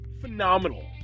Phenomenal